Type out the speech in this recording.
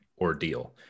ordeal